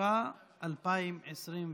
התשפ"א 2021,